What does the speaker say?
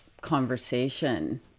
conversation